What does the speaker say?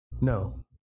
No